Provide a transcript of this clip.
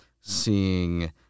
seeing